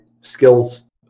skills